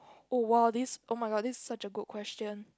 oh !wow! this oh-my-god this is such a good question